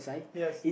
yes